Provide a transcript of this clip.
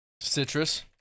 Citrus